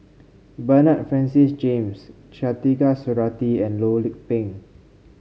Bernard Francis James Khatijah Surattee and Loh Lik Peng